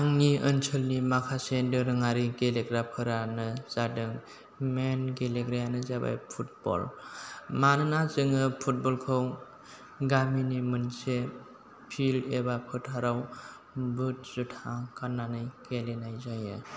आंनि ओनसोलनि माखासे दोरोङारि गेलेग्राफ्रानो जादों मेन गेलेग्रायानो जाबाय फुटबल मानोना जोङो फुटबलखौ गामिनि मोनसे फिल्ड एबा फोथाराव बुट जुथा गाननानै गेलेनाय जायो